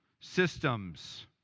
systems